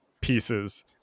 pieces